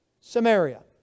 Samaria